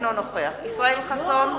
אינו נוכח ישראל חסון,